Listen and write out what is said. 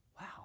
Wow